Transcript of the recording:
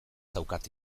daukat